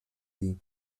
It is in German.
die